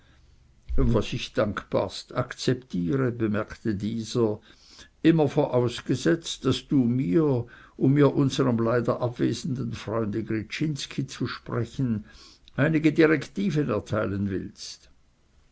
was ich dankbarst akzeptiere bemerkte dieser immer vorausgesetzt daß du mir um mit unsrem leider abwesenden freunde gryczinski zu sprechen einige direktiven erteilen willst